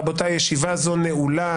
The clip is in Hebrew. רבותיי, ישיבה זו נעולה.